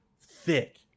thick